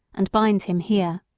and bind him here.